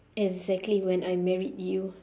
exactly when I married you